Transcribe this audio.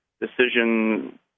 decision